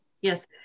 yes